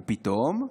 ופתאום,